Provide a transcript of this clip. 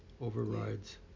overrides